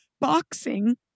boxing